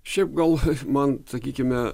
šiaip gal man sakykime